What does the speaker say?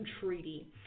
treaty